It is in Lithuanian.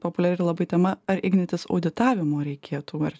populiari labai tema ar ignitis auditavimo reikėtų ar